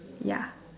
ya